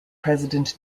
president